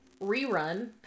Rerun